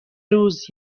روز